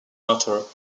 author